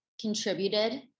contributed